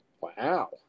Wow